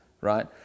right